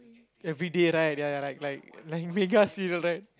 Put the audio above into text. everyday right ya like like like mega serial right